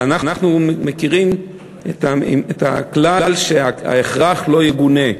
ואנחנו מכירים את הכלל, שההכרח לא יגונה.